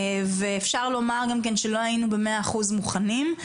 ואפשר לומר שלא היינו במאה אחוז מוכנים,